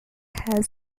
has